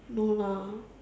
no lah